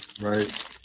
right